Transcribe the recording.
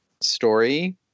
story